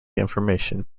information